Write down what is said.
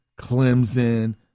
Clemson